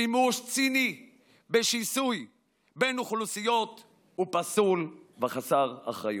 שימוש ציני בשיסוי בין אוכלוסיות הוא פסול וחסר אחריות.